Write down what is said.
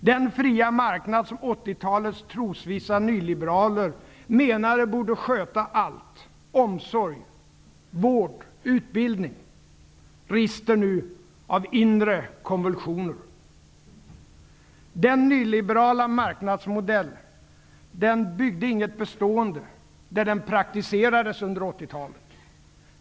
Den fria marknad, som 80-talets trosvissa nyliberaler menar borde sköta allt, som omsorg, vård och utbildning, rister nu av inre konvulsioner. Den nyliberala marknadsmodellen byggde inget bestående där den under 80-talet praktiserades.